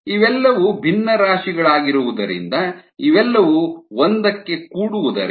ಇವೆಲ್ಲವೂ ಭಿನ್ನರಾಶಿಗಳಾಗಿರುವುದರಿಂದ ಇವೆಲ್ಲವೂ ಒಂದಕ್ಕೆ ಕೂಡುವುದರಿಂದ